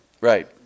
Right